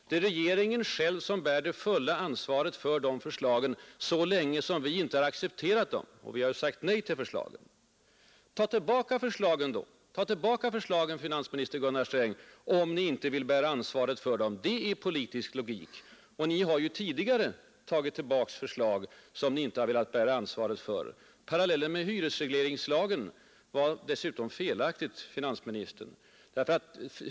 Det är regeringen själv som bär det fulla ansvaret för de förslagen så länge som vi inte har accepterat dem, och vi har ju sagt nej till förslagen. Ta tillbaka förslagen, finansminister Gunnar Sträng, om ni inte vill bära ansvaret för dem! Det är politisk logik. Och ni har ju tidigare tagit tillbaka förslag som ni inte har velat bära ansvaret för. Parallellen med hyresregleringslagen var dessutom felaktig, herr finansminister.